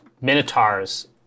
Minotaurs